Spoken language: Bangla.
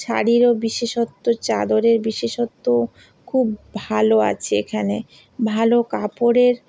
শাড়িরও বিশেষত্ব চাদরের বিশেষত্বও খুব ভালো আছে এখানে ভালো কাপড়ের